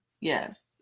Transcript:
Yes